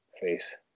face